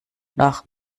nach